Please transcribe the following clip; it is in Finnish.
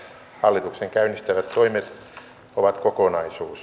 hallituksen käynnistämät toimet ovat kokonaisuus